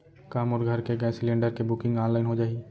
का मोर घर के गैस सिलेंडर के बुकिंग ऑनलाइन हो जाही?